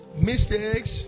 mistakes